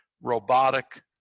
robotic